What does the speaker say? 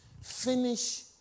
finish